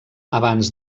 abans